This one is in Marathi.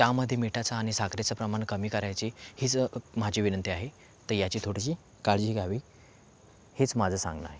त्यामध्ये मिठाचं आणि साखरेचं प्रमाण कमी करायची हीच माझी विनंती आहे तर ह्याची थोडीशी काळजी घ्यावी हेच माझं सांगणं आहे